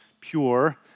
pure